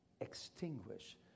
extinguish